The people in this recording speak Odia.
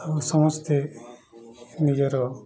ଆଉ ସମସ୍ତେ ନିଜର